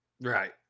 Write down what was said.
Right